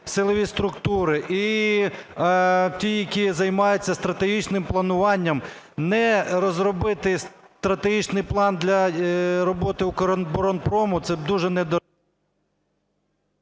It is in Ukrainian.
силові структури і ті, які займаються стратегічним плануванням, не розробити стратегічний план для роботи "Укроборонпрому" це дуже…